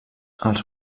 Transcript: els